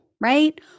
right